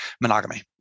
monogamy